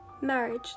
Marriage